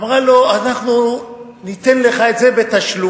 אמרה לו: אנחנו ניתן לך את זה בתשלומים.